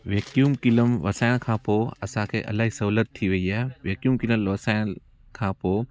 vacuum किलम वसाइण खां पोइ असांखे इलाही सहुलियत थी वई आहे वैक्युम किनल लोसांयल खां पोइ